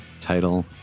title